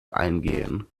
eingehen